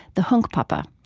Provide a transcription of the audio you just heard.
the hunkpapa.